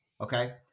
okay